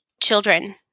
children